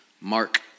Mark